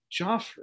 Joffrey